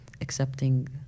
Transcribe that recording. accepting